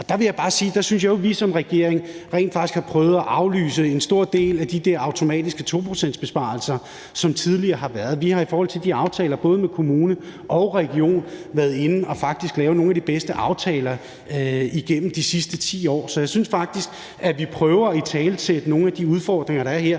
at der synes jeg, at vi som regering rent faktisk har prøvet at aflyse en stor del af de der automatiske 2-procentsbesparelser, som tidligere har været. Vi har i forhold til de aftaler med både kommuner og regioner været inde og faktisk lavet nogle af de bedste aftaler igennem de sidste 10 år. Så jeg synes faktisk, at vi prøver at italesætte nogle af de udfordringer, der er her.